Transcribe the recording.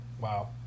wow